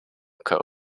code